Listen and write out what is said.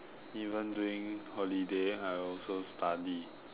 even during holiday I also study